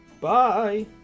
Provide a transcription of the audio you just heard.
Bye